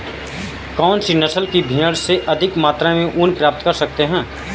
कौनसी नस्ल की भेड़ से अधिक मात्रा में ऊन प्राप्त कर सकते हैं?